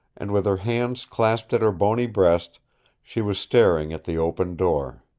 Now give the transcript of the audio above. and with her hands clasped at her bony breast she was staring at the open door.